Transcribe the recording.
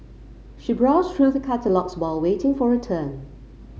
she browsed through the catalogues while waiting for her turn